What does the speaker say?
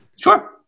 Sure